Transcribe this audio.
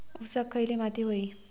ऊसाक खयली माती व्हयी?